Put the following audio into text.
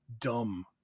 dumb